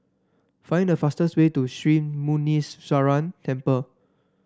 find the fastest way to Sri Muneeswaran Temple